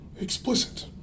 explicit